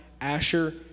Asher